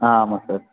ஆ ஆமாம் சார்